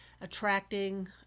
attracting